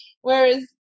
Whereas